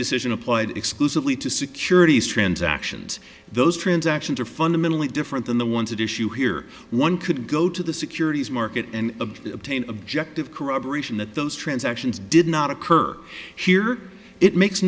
decision applied exclusively to securities transactions those transactions are fundamentally different than the ones that issue here one could go to the securities market and of obtain objective corroboration that those transactions did not occur here it makes